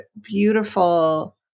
beautiful